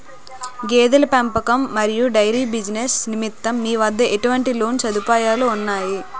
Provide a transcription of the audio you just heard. గేదెల పెంపకం మరియు డైరీ బిజినెస్ నిమిత్తం మీ వద్ద ఎటువంటి లోన్ సదుపాయాలు ఉన్నాయి?